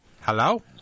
Hello